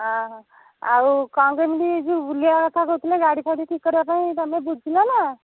ଓହୋ ଆଉ କଣ କେମିତି ଏଇ ଯୋଉ ବୁଲିବାକଥା କହୁଥିଲେ ଗାଡ଼ିଫାଡ଼ି ଠିକ୍ କରିବାପାଇଁ ତମେ ବୁଝିଲ ନା